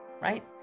right